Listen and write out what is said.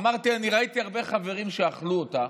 אמרתי: אני ראיתי הרבה חברים שאכלו אותה,